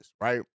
Right